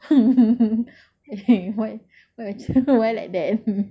why why macam why like that